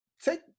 Take